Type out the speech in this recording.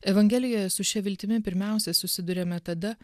evangelijoje su šia viltimi pirmiausia susiduriame tada